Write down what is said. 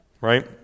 right